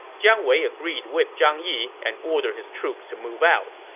jiang wei agreed with zhang yi and ordered his troops to move out.